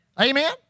Amen